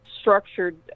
structured